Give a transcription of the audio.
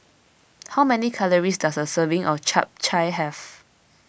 how many calories does a serving of Chap Chai have